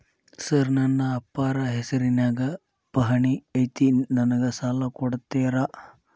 Sir ನನ್ನ ಅಪ್ಪಾರ ಹೆಸರಿನ್ಯಾಗ್ ಪಹಣಿ ಐತಿ ನನಗ ಸಾಲ ಕೊಡ್ತೇರಾ?